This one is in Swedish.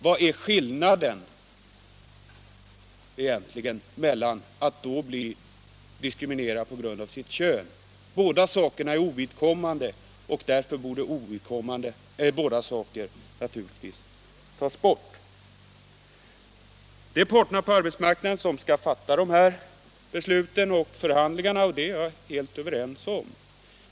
Vad är skillnaden mellan att bli diskriminerad på grund av sitt kön och att bli diskriminerad på grund av sin ålder? Båda faktorerna är ovidkommande. Det är parterna på arbetsmarknaden som skall föra förhandlingarna och fatta besluten, säger herr Ahlmark. Det är jag helt ense med honom om.